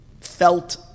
felt